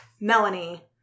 Melanie